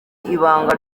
ibanga